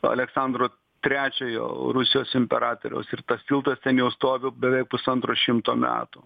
aleksandro trečiojo rusijos imperatoriaus ir tas tiltas ten jau stovi beveik pusantro šimto metų